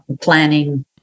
planning